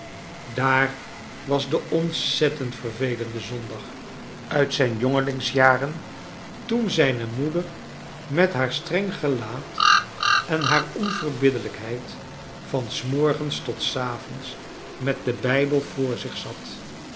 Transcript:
daar was de ontzettend vervelende zondag uit zijn jongelingsjaren toen zijne moeder met haar strong gelaat en haar onyerbiddelijklieid van s morgens tot s avonds met den bij be voor zich zat